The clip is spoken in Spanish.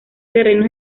terrenos